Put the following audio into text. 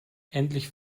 endlich